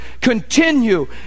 continue